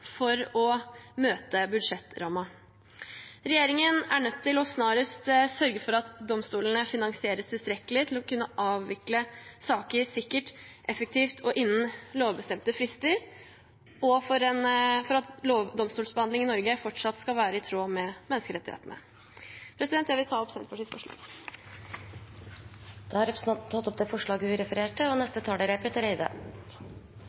for å møte budsjettrammen. Regjeringen er nødt til snarest å sørge for at domstolene finansieres tilstrekkelig til å kunne avvikle saker sikkert, effektivt og innen lovbestemte frister, for at domstolsbehandling i Norge fortsatt skal være i tråd med menneskerettighetene. Det står ganske bra til med menneskerettighetene i Norge. Jeg har vært så heldig å besøke ca. 100 land i verden, og